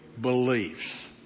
beliefs